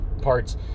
parts